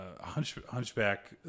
Hunchback